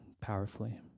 powerfully